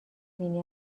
بینی